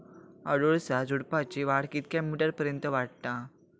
अडुळसा झुडूपाची वाढ कितक्या मीटर पर्यंत वाढता?